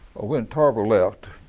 ah when tarver left,